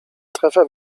treffer